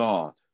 God